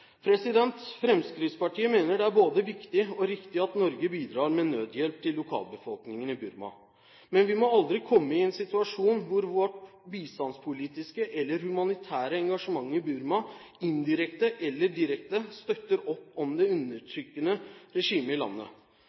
Fremskrittspartiet mener det er både viktig og riktig at Norge bidrar med nødhjelp til lokalbefolkningen i Burma, men vi må aldri komme i en situasjon hvor vårt bistandspolitiske eller humanitære engasjement i Burma indirekte eller direkte støtter opp om det undertrykkende regimet i landet.